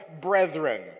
brethren